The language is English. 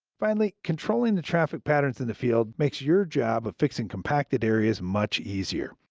finally, controlling the traffic patterns in the field makes your job of fixing compacted areas much easier.